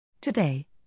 Today